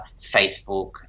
Facebook